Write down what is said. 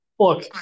Look